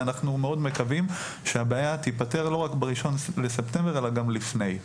ואנחנו מאוד מקווים שהבעיה תיפתר לא רק ב-1ן לספטמבר אלא גם לפני.